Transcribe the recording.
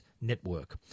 Network